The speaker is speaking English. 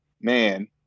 man